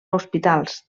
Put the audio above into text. hospitals